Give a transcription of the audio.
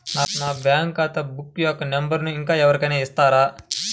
నా బ్యాంక్ ఖాతా బుక్ యొక్క నంబరును ఇంకా ఎవరి కైనా ఇస్తారా?